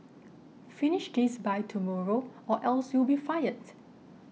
finish this by tomorrow or else you'll be fired